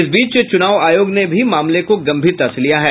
इस बीच चुनाव आयोग ने भी मामले को गंभीरता से लिया है